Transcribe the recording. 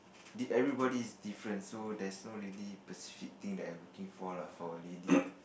did everybody is different so that's so lady perceptive thing that I'm looking for lah for lady